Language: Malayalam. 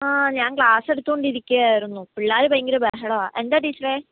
ആ ഞാൻ ക്ലാസ് എടുത്തുകൊണ്ടിരിക്കുകയായിരുന്നു പിള്ളേർ ഭയങ്കര ബഹളമാണ് എന്താണ് ടീച്ചറേ